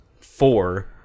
four